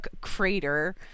crater